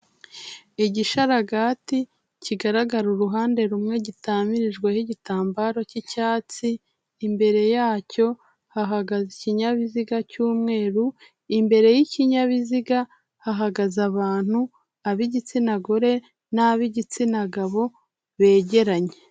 Igisharagati kigaragara uruhande rumwe gitamirijweho igitambaro cy'icyatsi, imbere yacyo hahagaze ikinyabiziga cy'umweru, imbere y'ikinyabiziga hahagaze abantu, ab'igitsina gore n'ab'igitsina gabo begeranye.